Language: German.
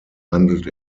handelt